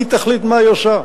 והיא תחליט מה היא עושה,